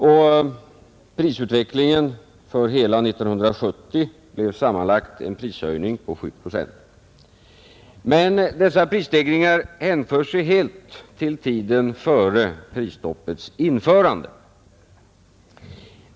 För hela 1970 blev prishöjningen 7 procent, men denna uppgång hänför sig helt till tiden före prisstoppets införande.